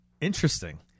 Interesting